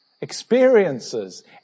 experiences